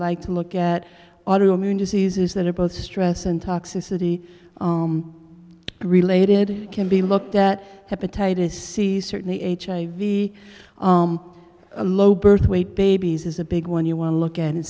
like to look at auto immune diseases that are both stress and toxicity related can be looked at hepatitis c certainly hiv a low birth weight babies is a big one you want to look and